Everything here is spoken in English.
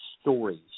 stories